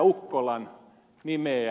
ukkolan nimeä